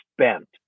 spent